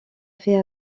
fait